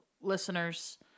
listeners